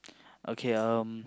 okay um